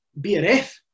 BRF